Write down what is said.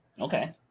Okay